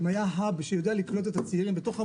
אם היה "האב" שיודע לקלוט את הצעירים בתוך המו"פים,